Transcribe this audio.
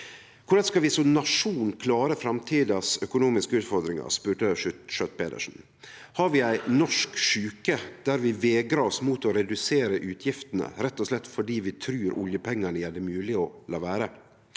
Korleis skal vi som nasjon klare framtidas økonomiske utfordringar, spurde Schjøtt-Pedersen. Har vi ei «norsk sjuke» der vi vegrar oss mot å redusere utgiftene, rett og slett fordi vi trur oljepengane gjer det mogleg å la vere?